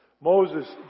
Moses